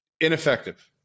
ineffective